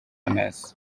neza